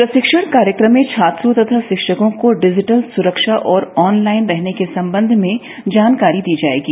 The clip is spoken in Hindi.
प्रशिक्षण कार्यक्रम में छात्रों तथा शिक्षकों को डिजिटल सुरक्षा और ऑनलाइन रहने के संबंध में जानकारी दी जाएगी